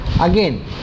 Again